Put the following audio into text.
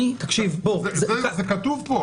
זה כתוב פה.